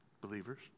believers